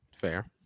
Fair